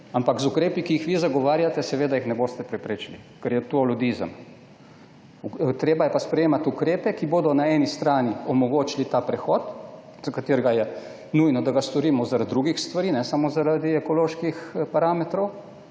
ampak z ukrepi, ki jih vi zagovarjate, jih ne boste preprečili, ker je to ludizem. Treba je pa sprejemati ukrepe, ki bodo na eni strani omogočili ta prehod, za katerega je nujno, da ga storimo zaradi drugih stvari, ne samo zaradi ekoloških parametrov,